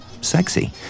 sexy